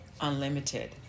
unlimited